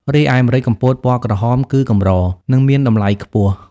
រីឯម្រេចកំពតពណ៌ក្រហមគឺកម្រ និងមានតម្លៃខ្ពស់។